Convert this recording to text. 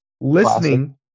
listening